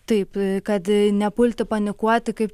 taip kad nepulti panikuoti kaip